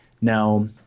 Now